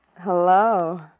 hello